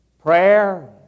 Prayer